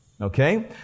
Okay